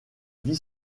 vie